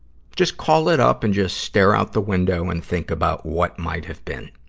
just call it up and just stare out the window and think about what might have been.